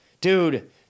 Dude